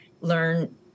learn